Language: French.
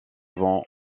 vend